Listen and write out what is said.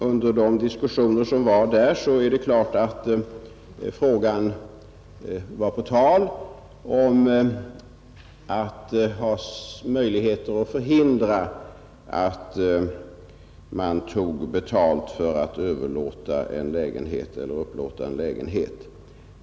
Under de diskussionerna i utredningen berördes naturligtvis frågan om möjligheterna att förhindra att det togs betalt för överlåtelse eller upplåtelse av lägenhet.